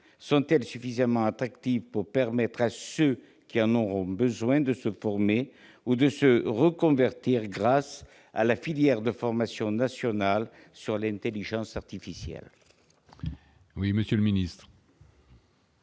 sont-elles suffisamment attractives pour permettre à ceux qui en auront besoin de se former ou de se reconvertir grâce à la filière de formation nationale sur l'intelligence artificielle ? La parole est